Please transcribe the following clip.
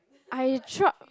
I drop